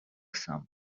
some